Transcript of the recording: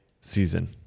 season